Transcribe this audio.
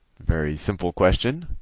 very simple question.